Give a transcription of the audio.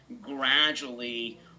gradually